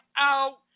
out